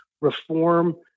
reform